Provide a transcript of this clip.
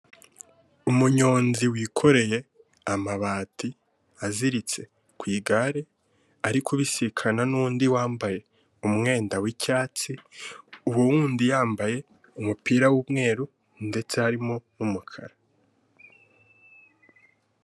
Umunyonzi wikoreye amabati aziritse ku igare, ari kubisikana n'undi wambaye umwenda w'icyatsi, uwo wundi yambaye umupira w'umweru, ndetse harimo n'umukara.